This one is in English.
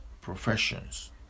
professions